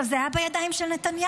זה היה בידיים של נתניהו.